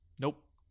Nope